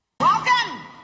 Welcome